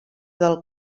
del